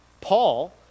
Paul